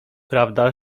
prawda